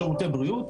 שירותי בריאות.